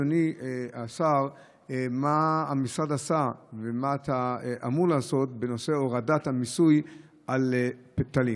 אדוני השר: מה המשרד עשה ומה אתה אמור לעשות בנושא הורדת המיסוי על פטל?